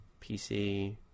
PC